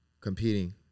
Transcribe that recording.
competing